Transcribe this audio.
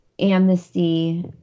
Amnesty